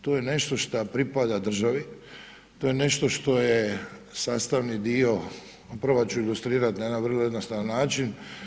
To je nešto što pripada državi, to je nešto što je sastavni dio, a probat ću ilustrirat na jedan vrlo jednostavan način.